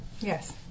Yes